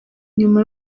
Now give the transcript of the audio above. nyuma